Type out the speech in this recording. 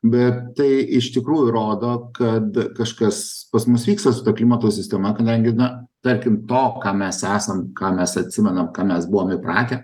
bet tai iš tikrųjų rodo kad kažkas pas mus vyksta su ta klimato sistema kadangi na tarkim to ką mes esam ką mes atsimenam ką mes buvom įpratę